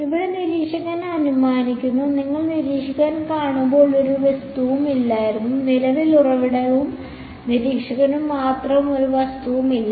ഇവിടെ നിരീക്ഷകൻ അനുമാനിക്കുന്നു നിങ്ങൾ നിരീക്ഷകൻ കാണുന്ന ഒരു വസ്തുവും ഇല്ലായിരുന്നു നിലവിലെ ഉറവിടവും നിരീക്ഷകനും മാത്രം ഒരു വസ്തുവും ഇല്ല